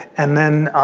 and then